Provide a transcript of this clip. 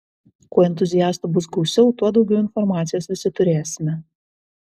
kuo entuziastų bus gausiau tuo daugiau informacijos visi turėsime